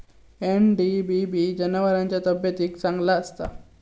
NDBB जनावरांच्या तब्येतीक चांगला असता